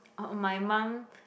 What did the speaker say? orh oh my mum